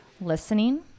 listening